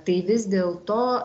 tai vis dėl to